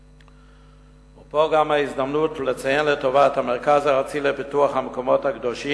זו גם ההזדמנות לציין לטובה את המרכז הארצי לפיתוח המקומות הקדושים,